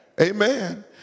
Amen